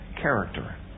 character